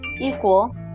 equal